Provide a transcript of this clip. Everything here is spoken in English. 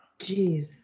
Jeez